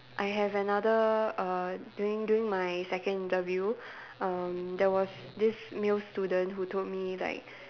I have another err during during my second interview erm there was this male student who told me like